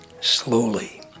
slowly